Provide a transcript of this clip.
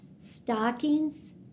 stockings